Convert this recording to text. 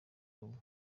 rumwe